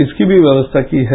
इसकी भी व्यवस्था की है